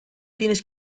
tienes